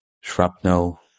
shrapnel